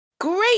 great